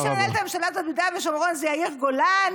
מי שמנהל את הממשלה הזו ביהודה ושומרון זה יאיר גולן?